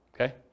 Okay